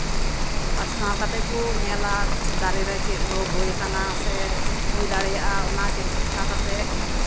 ᱯᱟᱥᱱᱟᱣ ᱠᱟᱛᱮᱜ ᱠᱚ ᱧᱮᱞᱟ ᱫᱟᱨᱮᱨᱮ ᱪᱮᱫ ᱨᱳᱜ ᱦᱩᱭ ᱠᱟᱱᱟ ᱥᱮ ᱦᱩᱭ ᱫᱟᱲᱮᱭᱟᱜᱼᱟ ᱚᱱᱟ ᱪᱤᱠᱟ ᱠᱟᱛᱮᱜ